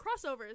crossovers